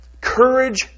Courage